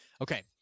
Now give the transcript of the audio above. okay